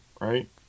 right